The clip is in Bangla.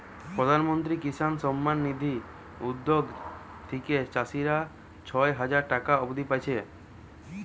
প্রধানমন্ত্রী কিষান সম্মান নিধি উদ্যগ থিকে চাষীরা ছয় হাজার টাকা অব্দি পাচ্ছে